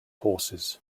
horses